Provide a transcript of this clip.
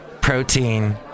protein